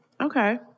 Okay